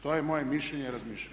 To je moje mišljenje i razmišljanje.